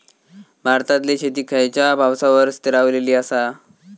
भारतातले शेती खयच्या पावसावर स्थिरावलेली आसा?